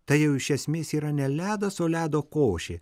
tai jau iš esmės yra ne ledas o ledo košė